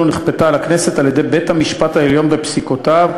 נכפתה על הכנסת על-ידי בית-המשפט העליון בפסיקותיו,